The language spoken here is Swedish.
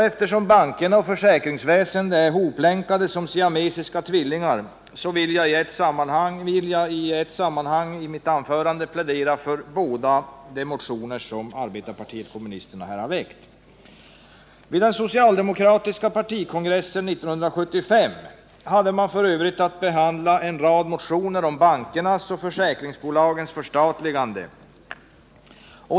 Eftersom banker och försäkringsväsende är hoplänkade som siamesiska tvillingar så vill jag i mitt anförande i ett sammanhang plädera för båda de motioner som arbetarpartiet kommunisterna väckt. Vid den socialdemokratiska partikongressen 1975 hade man f.ö. att behandla en rad motioner om bankernas och försäkringsbolagens förstatligande.